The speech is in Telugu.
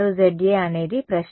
విద్యార్థి Z పరామితి